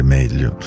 meglio